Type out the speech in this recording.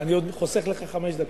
אני עוד חוסך לך חמש דקות.